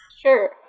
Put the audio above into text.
Sure